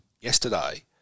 yesterday